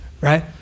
right